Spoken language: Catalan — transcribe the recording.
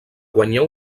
guanyar